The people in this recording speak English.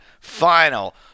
final